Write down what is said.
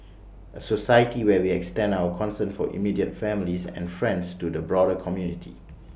A society where we extend our concern for immediate families and friends to the broader community